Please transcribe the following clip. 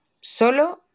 solo